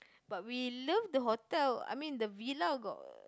but we love the hotel I mean the villa got